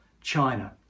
China